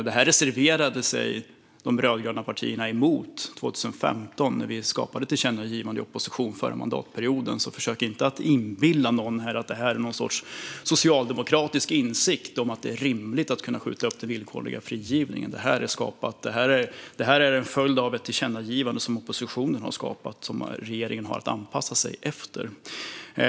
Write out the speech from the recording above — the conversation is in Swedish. Detta reserverade sig de rödgröna partierna emot 2015, när vi i opposition förra mandatperioden skapade ett tillkännagivande, så försök inte inbilla någon här att det här är någon sorts socialdemokratisk insikt att det är rimligt att kunna skjuta upp den villkorliga frigivningen. Det är en följd av ett tillkännagivande som oppositionen har skapat och som regeringen har att anpassa sig till.